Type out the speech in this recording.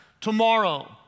tomorrow